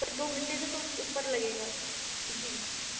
پر دو گھنٹے سے تو اوپر لگے گا جی